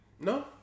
no